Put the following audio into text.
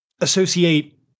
associate